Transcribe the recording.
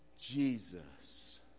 Jesus